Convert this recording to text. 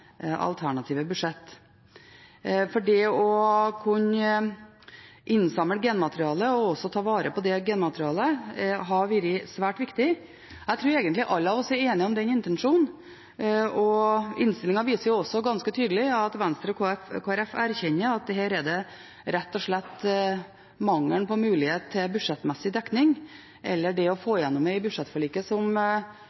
alternative budsjett. Det å kunne samle inn genmateriale og ta vare på det hadde vært svært viktig. Jeg tror vi alle egentlig er enige om intensjonen, og innstillingen viser også ganske tydelig at Venstre og Kristelig Folkeparti erkjenner at det rett og slett var manglende mulighet for budsjettmessig dekning eller til å få